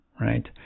right